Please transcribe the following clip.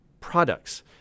products